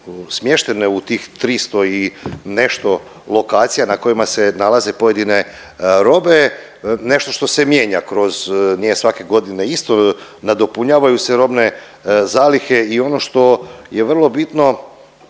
smještene u tih 300 i nešto lokacija na kojima se nalaze pojedine robe. Nešto što se mijenja kroz, nije svake godine, nadopunjavaju se robne zalihe i ono što je vrlo bitno,